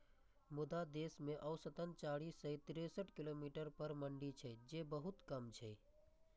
मुदा देश मे औसतन चारि सय तिरेसठ किलोमीटर पर मंडी छै, जे बहुत कम छै